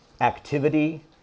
activity